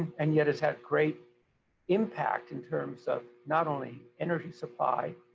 and yet has had great impact in terms of not only energy supply,